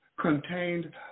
contained